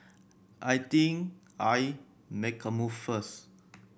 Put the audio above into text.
I think I make a move first